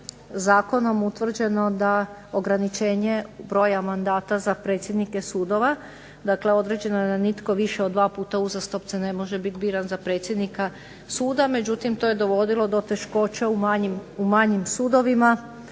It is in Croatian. zakonom utvrđeno da ograničenje broja mandata za predsjednike sudova. Dakle, određeno da nitko više od dva puta uzastopce ne može biti biran za predsjednika suda. Međutim, to je dovodilo do teškoća u manjim sudovima.